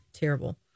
terrible